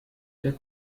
der